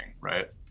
right